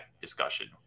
discussion